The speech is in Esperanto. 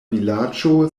vilaĝo